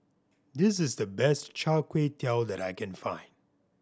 this is the best Char Kway Teow that I can find